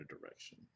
direction